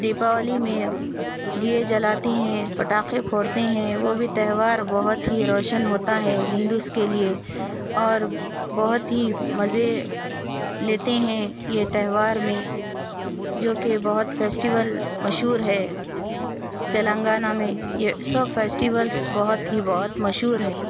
دیپاولی میں دئے جلاتے ہیں پٹاخے پھوڑتے ہیں وہ بھی تہوار بہت ہی روشن ہوتا ہے ہندو کے لیے اور بہت ہی مزے لیتے ہیں یہ تہوار میں جو کہ بہت فیسٹیول مشہور ہے تلنگانہ میں یہ سب فیسٹیولس بہت ہی بہت مشہور ہے